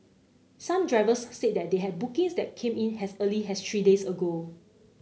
some drivers said that they had bookings that came in as early as three days ago